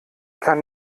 kann